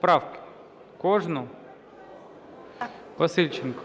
правки, кожну? Васильченко.